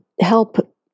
help